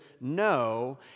no